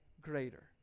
greater